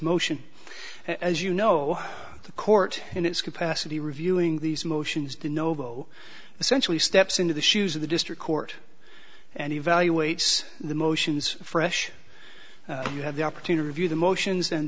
motion as you know the court in its capacity reviewing these motions de novo essentially steps into the shoes of the district court and evaluates the motions fresh you have the opportunity to view the motions and